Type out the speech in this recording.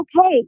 okay